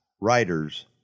writers